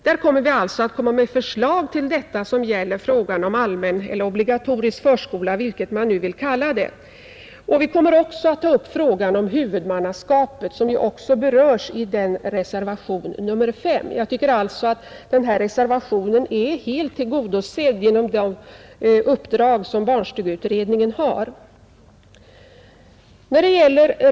Vi kommer då att lägga fram förslag i frågan om allmän eller obligatorisk förskola — hur man nu vill kalla den — och vi kommer även att ta upp frågan om huvudmannaskapet, som också berörs i reservationen 5. Jag tycker alltså att kraven i denna reservation är helt tillgodosedda genom de uppdrag som barnstugeutredningen redan har.